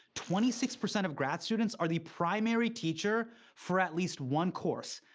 twenty six percent of grad students are the primary teacher for at least one course.